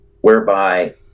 whereby